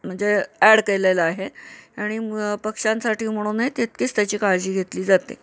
म्हणजे ॲड केलेला आहे आणि पक्ष्यांसाठी म्हणून हे तितकीच त्याची काळजी घेतली जाते